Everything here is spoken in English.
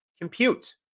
Compute